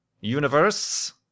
Universe